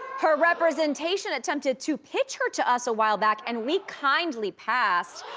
her representation attempted to pitch her to us a while back and we kindly passed.